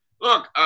look